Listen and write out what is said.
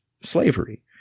slavery